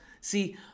see